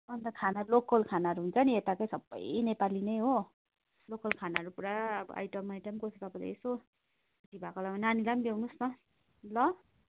अन्त खाना लोकल खानाहरू हुन्छ नि यताकै सबै नेपाली नै हो लोकल खानाहरू पुरा अब आइटम आइटमको तपाईँलाई यसो भ्याएको बेला नानीलाई ल्याउनु होस् न ल